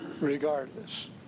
regardless